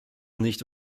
nicht